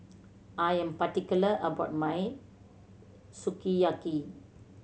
I am particular about my Sukiyaki